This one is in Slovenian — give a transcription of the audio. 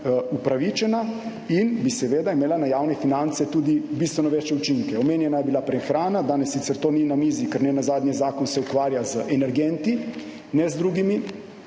upravičena in bi seveda imela na javne finance tudi bistveno večje učinke. Omenjena je bila prehrana. Danes sicer to ni na mizi, ker se zakon, nenazadnje, ukvarja z energenti, ne z drugim